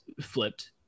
flipped